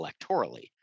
electorally